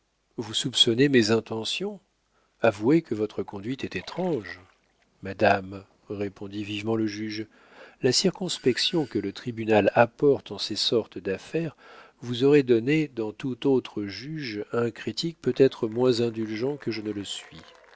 vous soupçonnez mes intentions avouez que votre conduite est étrange madame répondit vivement le juge la circonspection que le tribunal apporte en ces sortes d'affaires vous aurait donné dans tout autre juge un critique peut-être moins indulgent que je ne le suis